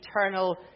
eternal